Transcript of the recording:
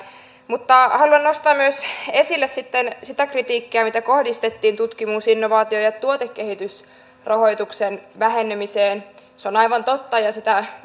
mutta haluan nostaa myös esille sitä kritiikkiä mitä kohdistettiin tutkimus innovaatio ja tuotekehitysrahoituksen vähenemiseen se on aivan totta ja sitä